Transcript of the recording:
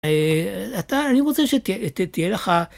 אתה אני רוצה שתהיה לך.